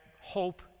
hope